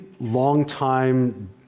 longtime